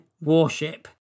warship